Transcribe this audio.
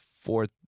fourth